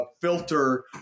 filter